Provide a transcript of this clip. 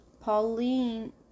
Pauline